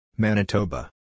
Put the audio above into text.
Manitoba